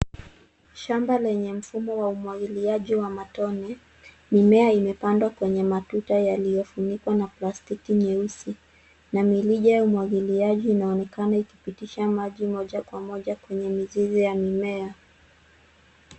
Shamba lenye mfumo wa umwagiliaji wa matone. Mimea imepandwa kwenye matuta yaliyofunikwa na plastiki nyeusi na mirija ya umwagiliaji inaonekana ikipitisha maji moja kwa moja kwenye mizizi ya mimea.